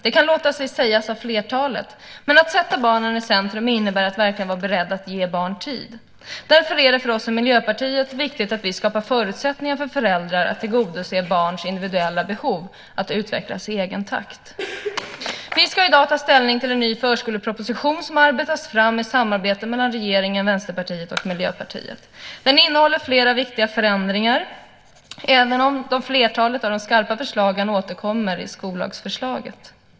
Det kan låta sig sägas av flertalet, men att sätta barnen i centrum innebär att verkligen vara beredd att ge barn tid. Därför är det för oss i Miljöpartiet viktigt att vi skapar förutsättningar för föräldrar att tillgodose barns individuella behov att utvecklas i egen takt. Vi ska i dag ta ställning till en ny förskoleproposition som arbetats fram i samarbete mellan regeringen, Vänsterpartiet och Miljöpartiet. Den innehåller flera viktiga förändringar även om flertalet av de skarpa förslagen återkommer i skollagsförslaget.